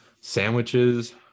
sandwiches